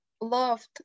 loved